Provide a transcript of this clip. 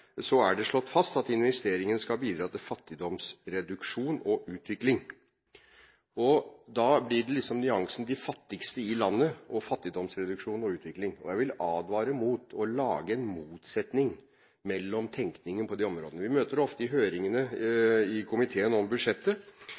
så er det slått fast at investeringene skal bidra til fattigdomsreduksjon og utvikling. Da blir det liksom en nyanseforskjell mellom de fattigste i landet og fattigdomsreduksjon og utvikling. Jeg vil advare mot å lage en motsetning mellom tenkningen på de områdene. Vi møter ofte i høringene i komiteen om budsjettet